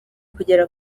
kugera